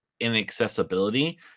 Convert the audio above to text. inaccessibility